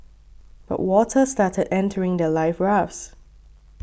but water started entering their life rafts